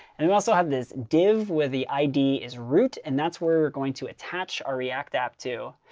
and we also have this div where the id is root. and that's where we're going to attach our react app to.